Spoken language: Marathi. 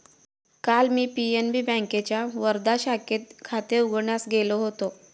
काल मी पी.एन.बी बँकेच्या वर्धा शाखेत खाते उघडण्यास गेलो होतो